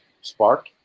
spark